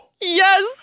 Yes